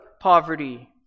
poverty